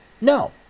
no